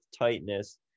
tightness